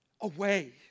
away